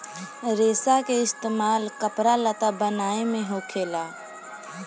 रेसा के इस्तेमाल कपड़ा लत्ता बनाये मे होखेला